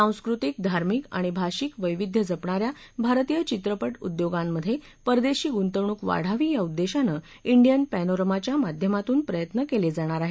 सांस्कृतिक धार्मिक आणि भाषिक वैविध्य जपणा या भारतीय चित्रपटउद्योगांमधे परदेशी गुंतवणूक वाढावी या उद्देशानं यन पॅनोरमाच्या माध्यमातून प्रयत्न केले जाणार आहे